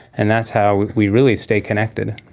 and that's how we really stay connected.